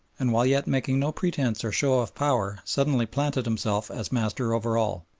and while yet making no pretence or show of power suddenly planted himself as master over all.